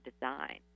design